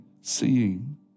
seeing